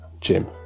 jim